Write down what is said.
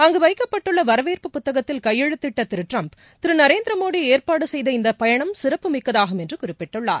அங்குவைக்கப்பட்டுள்ளவரவேற்பு புத்தகத்தில் கையெழுத்திட்டதிருட்டிரம்ப் திருநரேந்திரமோடிஏற்பாடுசெய்த இந்தபயணம் சிறப்புமிக்கதாகும் என்றுகுறிப்பிட்டுள்ளார்